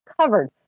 covered